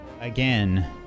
again